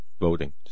voting